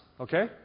okay